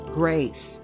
grace